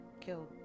killed